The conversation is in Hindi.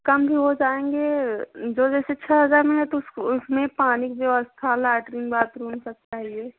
कम भी हो जाएँगे जो जैसे छ हज़ार में है तो उसको उसमें पानी की व्यवस्था लैट्रीन बाथरूम सब चाहिए